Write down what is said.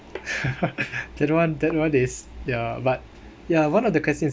that one that one is ya but ya one of the questions